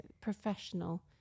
professional